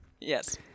Yes